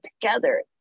together